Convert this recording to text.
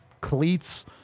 cleats